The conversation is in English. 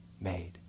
made